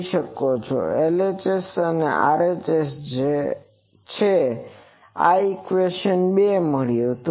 કહી શકો છોLHS અને RHS છે જે આ ઇક્વેશન 2 મળ્યું છે